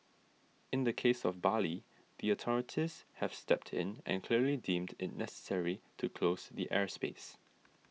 in the case of Bali the authorities have stepped in and clearly deemed it necessary to close the airspace